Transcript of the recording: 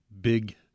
big